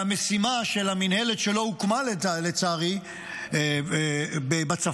והמשימה של המינהלת שלא הוקמה, לצערי, בצפון,